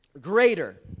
greater